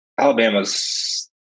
alabama's